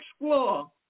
explore